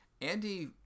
Andy